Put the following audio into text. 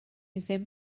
ddim